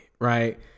right